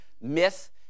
myth